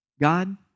God